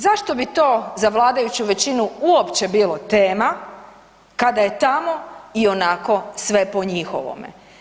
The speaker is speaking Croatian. Zašto bi to za vladajuću većinu uopće bilo tema kada je tamo ionako sve po njihovome.